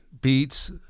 beats